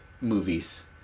movies